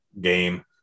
game